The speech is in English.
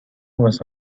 was